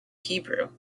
hebrew